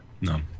No